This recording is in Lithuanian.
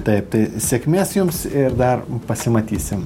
taip tai sėkmės jums ir dar pasimatysim